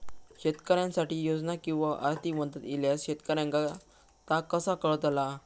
शेतकऱ्यांसाठी योजना किंवा आर्थिक मदत इल्यास शेतकऱ्यांका ता कसा कळतला?